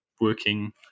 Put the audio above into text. working